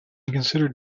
considered